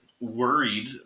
worried